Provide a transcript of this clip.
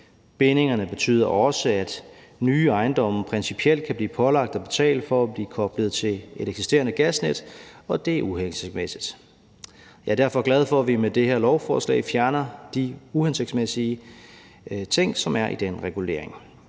Bindingerne betyder også, at nye ejendomme principielt kan blive pålagt at skulle betale for at blive koblet til et eksisterende gasnet, og det er uhensigtsmæssigt. Jeg er derfor glad for, at vi med det her lovforslag fjerner de uhensigtsmæssige ting, som der er i den regulering.